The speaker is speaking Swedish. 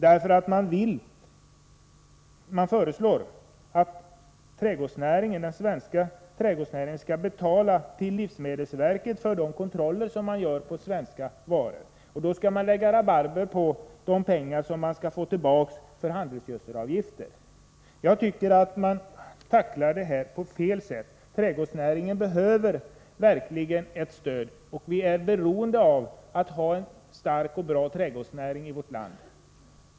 Det föreslås att den svenska trädgårdsnäringen skall betala till livsmedelsverket för de kontroller som livsmedelsverket gör på svenska varor. Då skall man lägga beslag på de pengar som man får tillbaka för handelsgödselavgifter. Jag tycker att man tacklar det här på fel sätt. Trädgårdsnäringen behöver verkligen ökat stöd. Vi är beroende av en stark och bra trädgårdsnäring i vårt land.